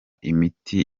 imiti